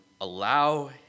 allow